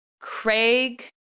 Craig